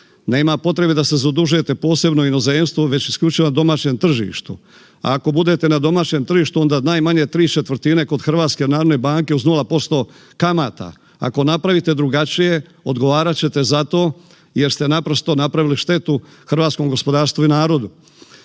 nema potrebe da se zadužujete posebno u inozemstvu već isključivo na domaćem tržištu. Ako budete na domaćem tržištu, onda najmanje 3/4 kod HNB-e uz 0% kamata. Ako napravite drugačije, odgovarat ćete za to jer ste naprosto napravili štetu hrvatskom gospodarstvu i narodu.